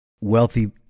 wealthy